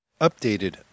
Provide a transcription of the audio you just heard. updated